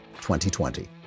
2020